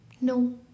No